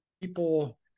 people